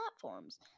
platforms